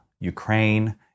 Ukraine